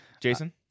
Jason